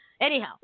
Anyhow